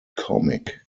comic